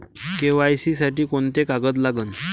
KYC साठी कोंते कागद लागन?